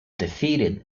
defeated